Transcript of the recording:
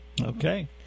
Okay